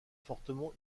fortement